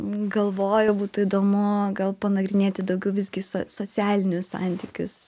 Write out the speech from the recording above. galvoju būtų įdomu gal panagrinėti daugiau visgi so socialinius santykius